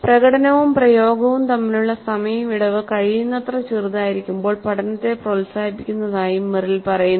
പ്രകടനവും പ്രയോഗവും തമ്മിലുള്ള സമയ വിടവ് കഴിയുന്നത്ര ചെറുതായിരിക്കുമ്പോൾ പഠനത്തെ പ്രോത്സാഹിപ്പിക്കുന്നതായും മെറിൽ പറയുന്നു